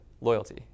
loyalty